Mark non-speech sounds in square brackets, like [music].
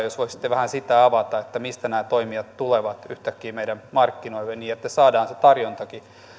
[unintelligible] jos voisitte vähän sitä avata mistä nämä toimijat tulevat yhtäkkiä meidän markkinoille niin että saadaan se